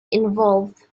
involved